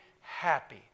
happy